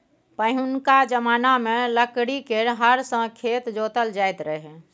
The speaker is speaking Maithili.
पहिनुका जमाना मे लकड़ी केर हर सँ खेत जोताएल जाइत रहय